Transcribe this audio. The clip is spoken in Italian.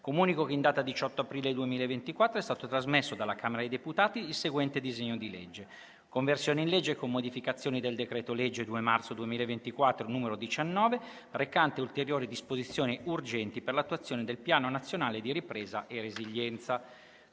Comunico che in data 18 aprile 2024 è stato trasmesso dalla Camera dei deputati il seguente disegno di legge: «Conversione in legge, con modificazioni, del decreto-legge 2 marzo 2024, n. 19, recante ulteriori disposizioni urgenti per l'attuazione del Piano nazionale di ripresa e resilienza